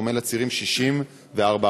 בדומה לצירים 60 ו-443?